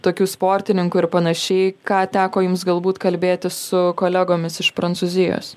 tokių sportininkų ir panašiai ką teko jums galbūt kalbėtis su kolegomis iš prancūzijos